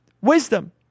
wisdom